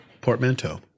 portmanteau